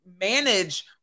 manage